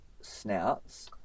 snouts